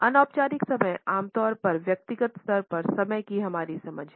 अनौपचारिक समय आम तौर पर व्यक्तिगत स्तर पर समय की हमारी समझ है